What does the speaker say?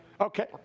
Okay